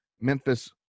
Memphis